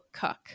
cook